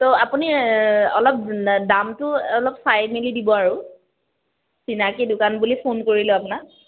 তো আপুনি অলপ দামটো অলপ চাই মেলি দিব আৰু চিনাকি দোকান বুলি ফোন কৰিলোঁ আপোনাক